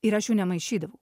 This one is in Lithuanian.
ir aš jų nemaišydavau